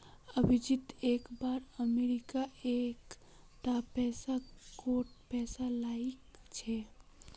अभिजीत एक बार अमरीका एक टा बैंक कोत पैसा लगाइल छे